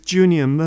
Junior